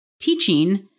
teaching